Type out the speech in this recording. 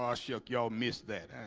ah shucks y'all missed that